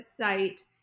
site